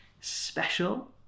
special